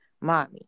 mommy